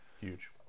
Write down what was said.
huge